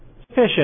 Sufficient